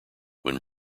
when